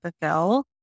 fulfill